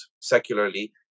secularly